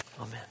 Amen